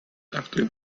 after